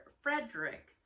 Frederick